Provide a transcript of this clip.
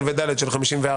הרביזיה נדחתה.